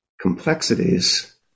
complexities